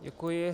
Děkuji.